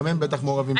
גם הם בטח מעורבים בזה.